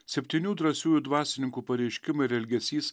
septynių drąsiųjų dvasininkų pareiškimai ir elgesys